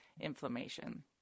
inflammation